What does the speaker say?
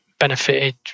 Benefited